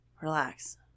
Relax